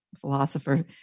philosopher